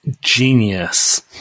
genius